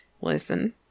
Listen